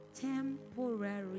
temporary